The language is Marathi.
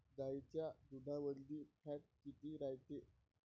गाईच्या दुधामंदी फॅट किती रायते?